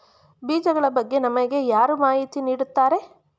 ಬೀಜಗಳ ಬಗ್ಗೆ ನಮಗೆ ಯಾರು ಮಾಹಿತಿ ನೀಡುತ್ತಾರೆ?